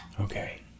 Okay